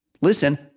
listen